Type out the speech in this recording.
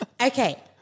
okay